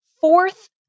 fourth